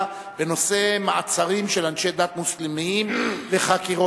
בנושא: מעצרים של אנשי דת מוסלמים וחקירותיהם.